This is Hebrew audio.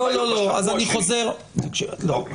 לא לא, אז אני חוזר ומדגיש.